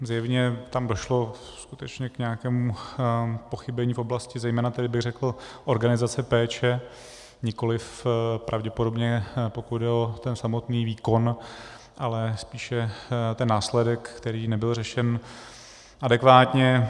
Zjevně tam došlo skutečně k nějakému pochybení v oblasti, zejména bych řekl organizace péče, nikoliv pravděpodobně, pokud jde o samotný výkon, ale spíše následek, který nebyl řešen adekvátně.